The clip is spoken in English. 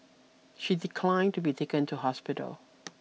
she declined to be taken to hospital